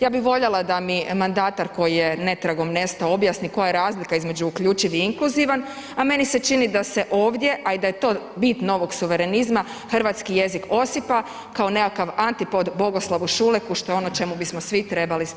Ja bih voljela da mi mandatar koji je netragom nestao objasni koja je razlika između uključiv i inkluzivan, a meni se čini da se ovdje, a da je to bit novog suverenizma, hrvatski jezik osipa kao neki antipod Bogoslavu Šuleku što je ono čemu bismo svi trebali stremiti.